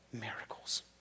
miracles